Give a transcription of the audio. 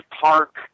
Park